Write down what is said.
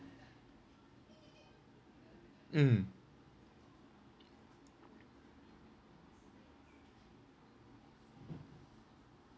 mm